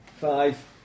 Five